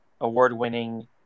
award-winning